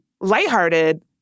lighthearted